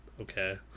Okay